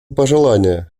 пожелание